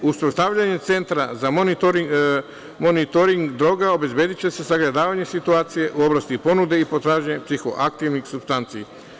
Uspostavljanjem centra za monitoring droge obezbediće se sagledavanje situacije u oblasti ponude i potražnje psihoaktivnih supstanci.